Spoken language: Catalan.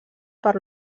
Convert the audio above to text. per